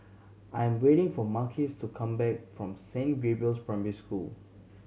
I am waiting for Marquis to come back from Saint Gabriel's Primary School